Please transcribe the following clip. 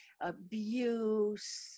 abuse